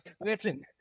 listen